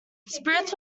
spirits